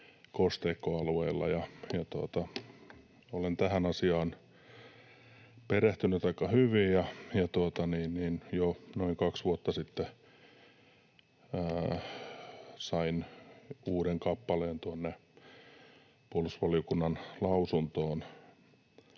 kosteikkoalueilla. Olen tähän asiaan perehtynyt aika hyvin. Jo noin kaksi vuotta sitten sain uuden kappaleen puolustusvaliokunnan lausuntoon